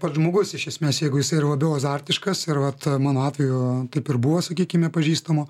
pats žmogus iš esmės jeigu jisai yra labiau azartiškas ir vat mano atveju taip ir buvo sakykime pažįstamo